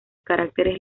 caracteres